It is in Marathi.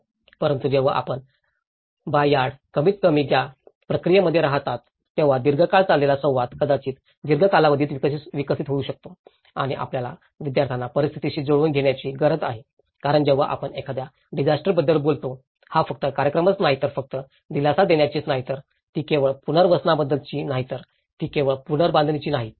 परंतु जेव्हा आपण बॅकयार्ड कमीतकमी त्या प्रक्रियेमध्ये रहाता तेव्हा दीर्घकाळ चाललेला संवाद कदाचित दीर्घ कालावधीत विकसित होऊ शकतो आणि आपल्याला विद्यार्थ्यांना परिस्थितीशी जुळवून घेण्याची गरज आहे कारण जेव्हा आपण एखाद्या डिजास्टर बद्दल बोलतो हा फक्त कार्यक्रमच नाही तर फक्त दिलासा देण्याचीच नाही तर ती केवळ पुनर्वसनाबद्दलच नाही तर ती केवळ पुनर्बांधणीचीच नाही